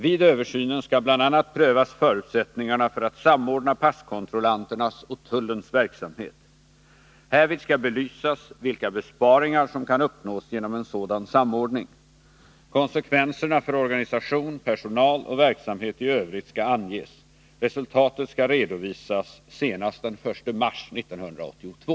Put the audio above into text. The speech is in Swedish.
Vid översynen skall bl.a. prövas förutsättningarna för att samordna passkontrollanternas och tullens verksamhet. Härvid skall belysas vilka besparingar som kan uppnås genom en sådan samordning. Konsekvenserna för organisation, personal och verksamhet i övrigt skall anges. Resultatet skall redovisas senast den 1 mars 1982.